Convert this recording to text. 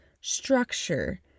structure